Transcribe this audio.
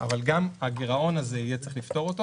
אבל גם את הגירעון הזה יהיה צריך לפתור,